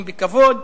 אל תיסחף, אדוני.